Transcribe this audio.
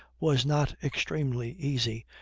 was not extremely easy,